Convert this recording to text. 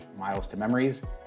milestomemories